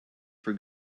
for